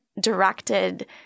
directed